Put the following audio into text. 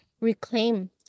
reclaim